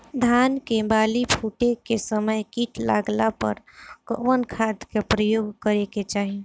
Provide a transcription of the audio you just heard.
धान के बाली फूटे के समय कीट लागला पर कउन खाद क प्रयोग करे के चाही?